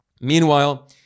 Meanwhile